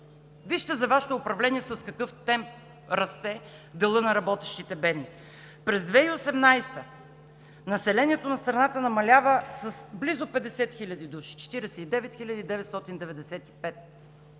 Вижте за Вашето управление с какъв темп расте делът на работещите бедни. През 2018 г. населението на страната намалява с близо 50 000 души – 49 995.